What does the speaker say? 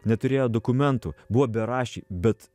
neturėjo dokumentų buvo beraščiai bet